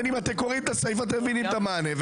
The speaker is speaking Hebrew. אם אתם קוראים את הסעיף, אתם מבינים את המענה.